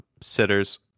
sitters